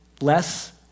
less